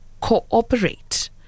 cooperate